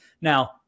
Now